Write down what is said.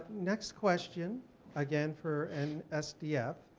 next question again for and nsdf.